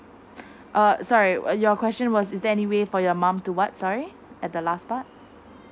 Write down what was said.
uh sorry your question was is there any way for your mum to what sorry at the last part